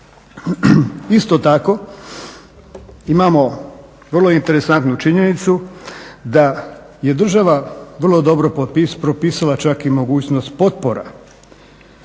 Isto tako imamo vrlo interesantnu činjenicu da je država vrlo dobro propisala čak i mogućnost potpora